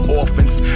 orphans